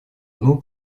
дну